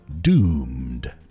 doomed